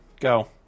go